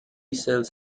cells